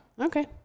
Okay